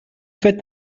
faites